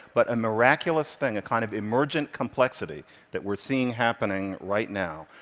but a miraculous thing, a kind of emergent complexity that we're seeing happening right now,